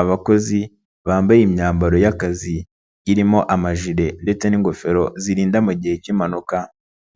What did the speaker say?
Abakozi bambaye imyambaro y'akazi irimo amajire ndetse n'ingofero zirinda gihe cy'impanuka,